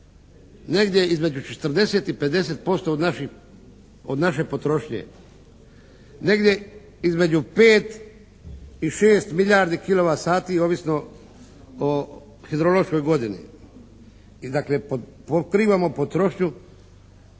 negdje između 40 i 50% od naše potrošnje. Negdje između 5 i 6 milijardi kilovat sati, ovisno o hidrološkoj godini. I dakle primamo potrošnju